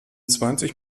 zwanzig